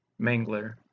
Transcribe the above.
mangler